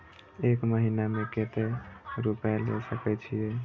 एक महीना में केते रूपया ले सके छिए?